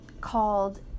called